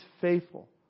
faithful